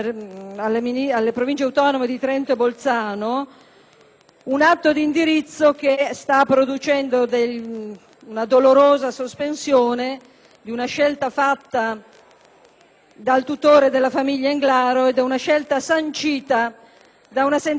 Trento e Bolzano, che sta producendo una dolorosa sospensione di una scelta fatta dal tutore della famiglia Englaro e sancita da una sentenza della Cassazione e da un parere della Corte costituzionale.